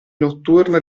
notturna